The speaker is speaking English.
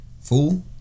Fool